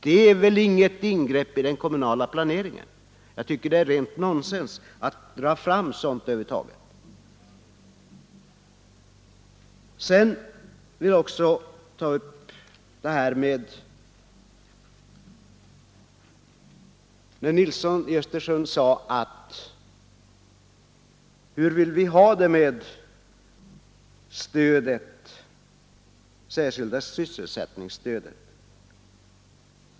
Det är väl inget ingrepp i den kommunala planeringen; jag tycker det är rent nonsens att över huvud taget dra fram sådant. Vidare frågade herr Nilsson i Östersund: Hur vill ni ha det med det särskilda sysselsättningsstödet?